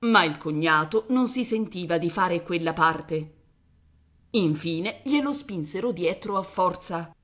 ma il cognato non si sentiva di fare quella parte infine glielo spinsero dietro a forza